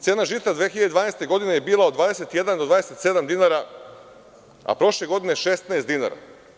Cena žita 2012. godine je bila od 21 do 27 dinara, a prošle godine 16 dinara.